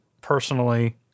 personally